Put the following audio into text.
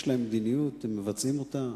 יש להם מדיניות, והם מבצעים אותה.